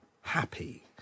happy